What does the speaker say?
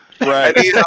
Right